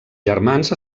germans